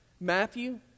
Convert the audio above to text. Matthew